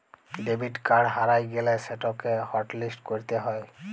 debit card হারাঁয় গ্যালে সেটকে হটলিস্ট ক্যইরতে হ্যয়